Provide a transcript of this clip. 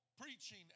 preaching